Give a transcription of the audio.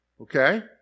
okay